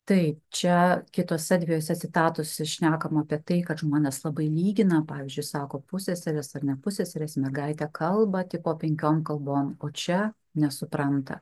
taip čia kitose dviejose citatose šnekama apie tai kad žmonės labai lygina pavyzdžiui sako pusseserės ar ne pusseserės mergaitė kalba tik vo penkiom kalbom o čia nesupranta